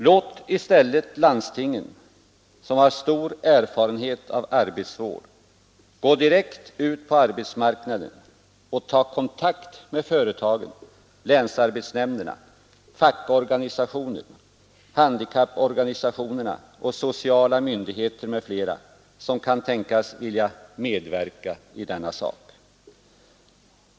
Låt i stället landstingen, som har stor erfarenhet av arbetsvård, gå direkt ut på arbetsmarknaden och ta kontakt med företagen, länsarbetsnämnderna, fackorganisationerna, de handikappades organisationer och sociala myndigheter m.fl. som kan tänkas vilja medverka i detta fall.